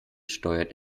steuert